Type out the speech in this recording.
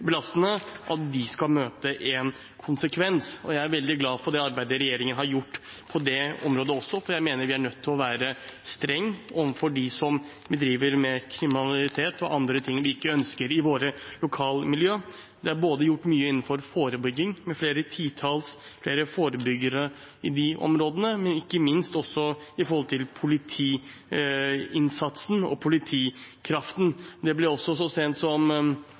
skal få en konsekvens. Jeg er veldig glad for det arbeidet regjeringen har gjort også på det området. Jeg mener vi er nødt til å være strenge overfor dem som driver med kriminalitet og andre ting vi ikke ønsker i våre lokalmiljøer. Det er gjort mye både innenfor forebygging, med flere titalls forebyggere i disse områdene, og ikke minst også når det gjelder politiinnsatsen og politikraften. Det ble så sent som